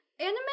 anime